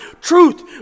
Truth